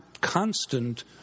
constant